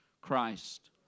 Christ